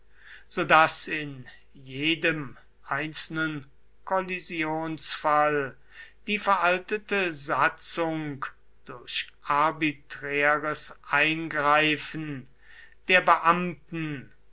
so daß in jedem einzelnen kollisionsfall die veraltete satzung durch arbiträres eingreifen der beamten